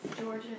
Georgia